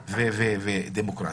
ודמוקרטי.